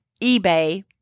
eBay